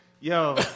Yo